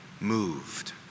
moved